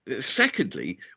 Secondly